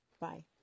Bye